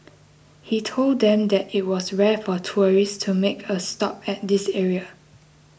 he told them that it was rare for tourists to make a stop at this area